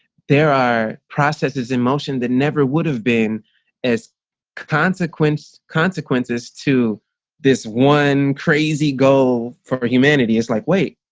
there are processes in motion that never would have been as consequence consequences to this one crazy goal for for humanity. it's like wait,